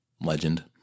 Legend